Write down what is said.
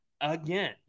again